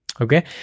Okay